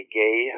gay